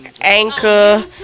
Anchor